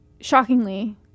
shockingly